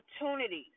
opportunities